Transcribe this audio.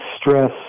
stress